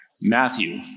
Matthew